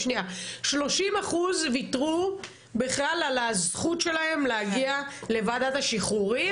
30% ויתרו בכלל על הזכות שלהם להגיע לוועדת שחרורים.